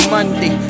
Monday